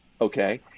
okay